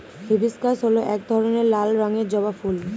hibiscus হল এক ধরনের লাল রঙের জবা ফুল